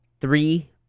three